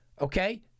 okay